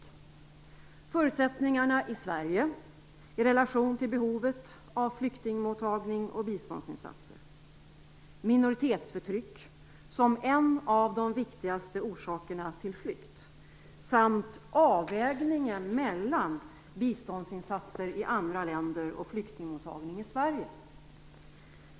Det gäller förutsättningarna i Sverige i relation till behovet av flyktingmottagning och biståndsinsatser. Det gäller minoritetsförtryck som en av de viktigaste orsakerna till flykt, och det gäller avvägningen mellan biståndsinsatser i andra länder och flyktingmottagning i Sverige.